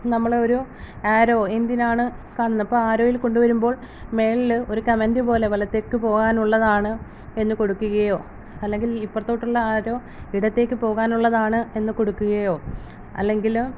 നമ്മൾ ഓരോ ആരോ എന്തിനാണ് കാണുന്നത് ഇപ്പം ആരോയിൽ കൊണ്ടുവരുമ്പോൾ മുകളിൽ ഒരു കമൻറ് പോലെ വലത്തേക്ക് പോകാനുള്ളതാണ് എന്ന് കൊടുക്കുകയോ അല്ലെങ്കിൽ ഇപ്പുറത്തോട്ടുള്ള ആരോ ഇടത്തേക്ക് പോകാനുള്ളതാണ് എന്ന് കൊടുക്കുകയോ അല്ലെങ്കിൽ